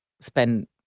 spend